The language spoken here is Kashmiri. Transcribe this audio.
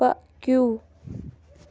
پٔکِو